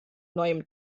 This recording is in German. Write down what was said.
neuem